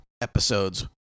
episodes